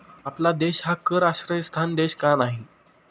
आपला देश हा कर आश्रयस्थान देश का नाही?